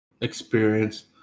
experience